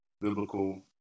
biblical